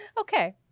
Okay